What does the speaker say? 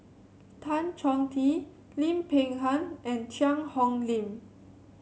Tan Chong Tee Lim Peng Han and Cheang Hong Lim